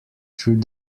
through